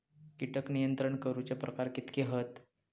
कीटक नियंत्रण करूचे प्रकार कितके हत?